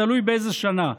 תלוי באיזו שנה.